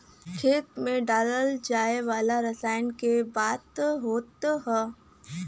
खेत मे डालल जाए वाला रसायन क बात होत हौ